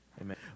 amen